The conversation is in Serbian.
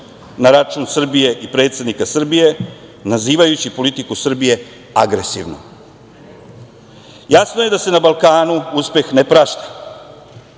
na račun Srbije i predsednika Srbije nazivajući politiku Srbije agresivnom. Jasno je da se na Balkanu uspeh ne prašta,